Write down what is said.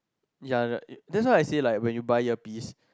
yeah that's why I say like when you buy earpiece